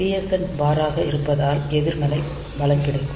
PSEN bar ஆக இருப்பதால் எதிர்மறை பலன் இருக்கும்